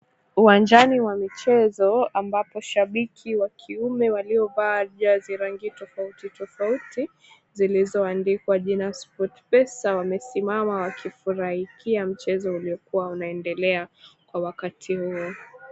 Uwanjani wa michezo ambapo shabiki wa kiume waliovaa jersey rangi tofauti tofauti zilizoandikwa jina SportPesa wamesimama wakifurahikia mchezo uliokuwa unaendelea kwa wakati huo.